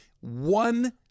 One